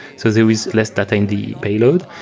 so there is less data in the payload,